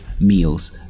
meals